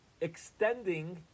extending